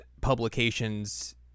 publications